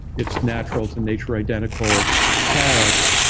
it's natural to nature identical product.